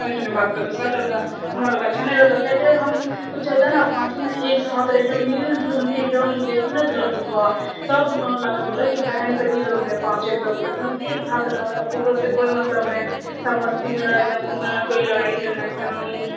तनी तनी बात पर गुस्सा कर दऽ हमरालोगके अच्छा नहि लगऽ काहेकि हम ओ चल जा ने पाँचो ने एकसाथ रहऽ एकदम मिलिजुलिके एकदम देखबि ने तऽ लगतौ वाह सब मोहल्लामे बोलऽ है कि बहन तऽ ई लोग हऽ पाँचो एकदम एकदम एक साथ रहऽ है ककरो सँ कोइ मतलब नहि सब मस्तीमे रहै एकदम कोइ लड़ाइ झगड़ा एकदम